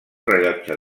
rellotge